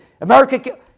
America